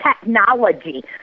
technology